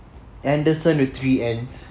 anderson with three N